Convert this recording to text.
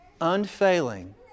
Unfailing